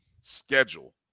schedule